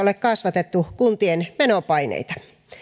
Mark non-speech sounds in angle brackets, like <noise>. <unintelligible> ole kasvatettu kuntien menopaineita